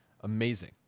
amazing